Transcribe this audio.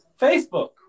Facebook